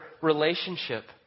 relationship